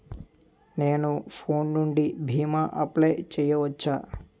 నేను ఫోన్ నుండి భీమా అప్లయ్ చేయవచ్చా?